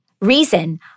reason